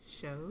shows